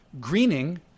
greening